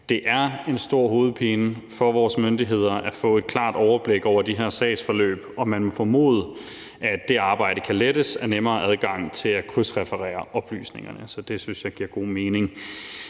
Det er en stor hovedpine for vores myndigheder at få et klart overblik over de her sagsforløb, og man må formode, at det arbejde kan lettes af nemmere adgang til at krydsreferere oplysningerne, så det synes jeg giver god mening.